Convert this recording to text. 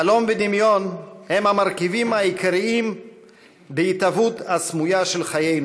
חלום ודמיון הם המרכיבים העיקריים בהתהוות הסמויה של חיינו,